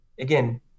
again